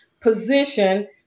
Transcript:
position